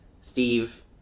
Steve